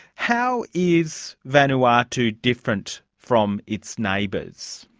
how is vanuatu different from its neighbours,